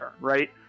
right